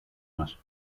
μας